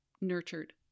nurtured